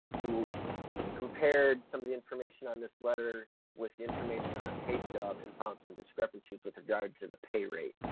who compared some of the information on this letter with the information on a pay stub and found some discrepancies with regard to the pay rate.